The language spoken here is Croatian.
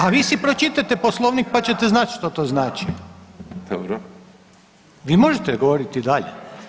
A vi si pročitajte Poslovnik pa ćete znati što to znači [[Upadica Beljak: Dobro.]] Vi možete govoriti i dalje.